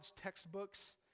textbooks